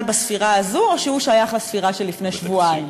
בספירה הזו או שהוא שייך לספירה של לפני שבועיים,